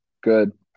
good